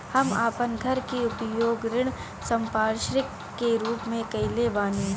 हम अपन घर के उपयोग ऋण संपार्श्विक के रूप में कईले बानी